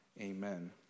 Amen